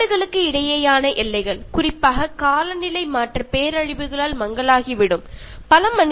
രാജ്യങ്ങൾ തമ്മിലുള്ള അതിർത്തികൾ കാലാവസ്ഥയുടെ വ്യതിയാനം മൂലമുണ്ടാകുന്ന ദുരന്തങ്ങൾ കാരണം ഇല്ലാതെ ആവാം